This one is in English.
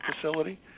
facility